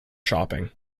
shopping